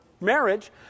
marriage